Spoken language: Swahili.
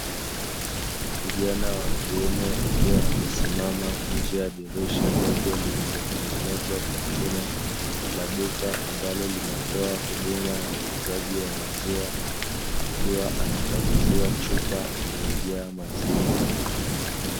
Kijana wa kiume akiwa amesimama nje ya dirisha dogo, lililotengenezwa kwa chuma. La duka ambalo linatoa huduma ya uuzaji wa maziwa, akiwa anakabidhiwa chupa iliyojaa maziwa.